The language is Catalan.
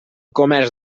comerç